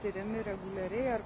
tiriami reguliariai ar